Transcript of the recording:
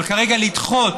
אבל כרגע לדחות,